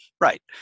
right